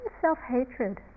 self-hatred